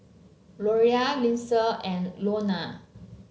Loria Linsey and Lorna